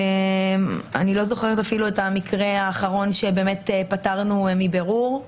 אני לא זוכרת אפילו את המקרה האחרון שפטרנו מבירור.